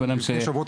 לפני מספר שבועות,